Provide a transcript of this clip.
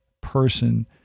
person